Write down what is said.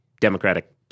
democratic –